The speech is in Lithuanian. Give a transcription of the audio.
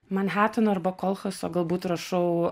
manheteno arba kolchaso galbūt rašau